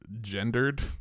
gendered